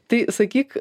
tai sakyk